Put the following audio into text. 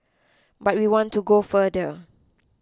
but we want to go further